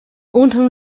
unten